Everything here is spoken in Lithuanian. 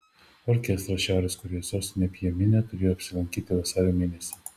orkestras šiaurės korėjos sostinėje pchenjane turėtų apsilankyti vasario mėnesį